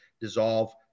dissolve